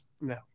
No